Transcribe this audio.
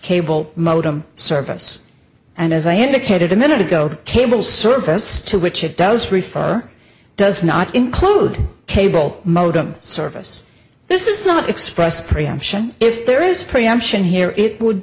cable modem service and as i indicated a minute ago the cable service to which it does refer does not include cable modem service this is not express preemption if there is preemption here it would